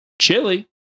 Chili